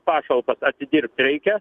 pašalpas atidirbt reikia